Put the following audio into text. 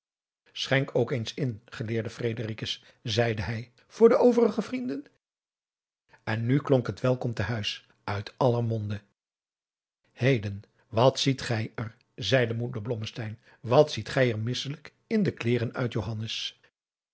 schenk ook eens in geleerde fredericus zeide hij voor de overige vrienden en nu klonk het welkom te huis uit aller monden heden wat ziet gij er zeide moeder blommesteyn wat ziet gij er misselijk in de kleêren uit